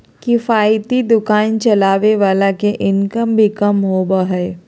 किफायती दुकान चलावे वाला के इनकम भी कम होबा हइ